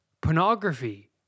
pornography